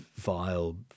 vile